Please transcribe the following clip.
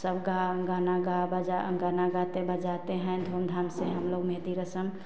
सब गा गाना गा बजा गाना गाते बजाते हैं धूमधाम से हमलोग मेहँदी रस्म